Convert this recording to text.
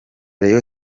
rayon